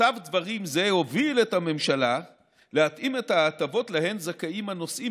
מצב דברים זה הוביל את הממשלה להתאים את ההטבות שזכאים להן הנוסעים